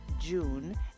June